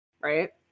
right